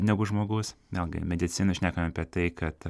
negu žmogus vėlgi medicina šnekam apie tai kad